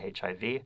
HIV